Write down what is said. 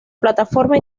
plataforma